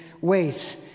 ways